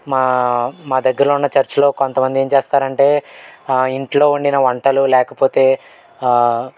మా మా దగ్గర ఉన్న చర్చిలో కొంతమంది ఏం చేస్తారంటే ఇంట్లో వండిన వంటలు లేకపోతే